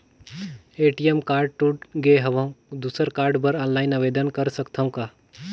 ATM card टूट गे हववं दुसर कारड बर ऑनलाइन आवेदन कर सकथव का?